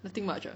nothing much ah